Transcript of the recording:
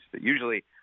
Usually